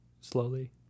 slowly